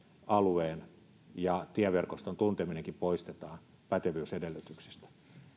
alueen ja tieverkostonkin tunteminen poistetaan pätevyysedellytyksistä